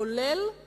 כולל מה